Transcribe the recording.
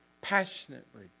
passionately